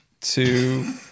two